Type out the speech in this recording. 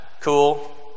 Cool